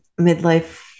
midlife